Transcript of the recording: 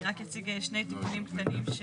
אני רק אציג שני דברים קטנים.